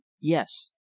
Yes